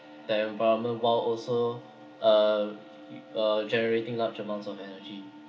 their environment while also uh uh generating large amounts of energy